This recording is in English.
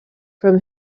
from